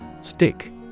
Stick